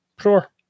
sure